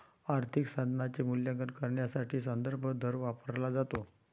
आर्थिक साधनाचे मूल्यांकन करण्यासाठी संदर्भ दर वापरला जातो